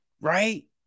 right